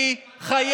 כבר שנה חיכיתם, שנה.